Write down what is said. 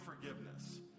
forgiveness